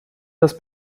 das